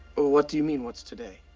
what do you mean, what's today?